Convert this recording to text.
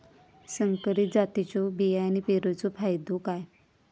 संकरित जातींच्यो बियाणी पेरूचो फायदो काय?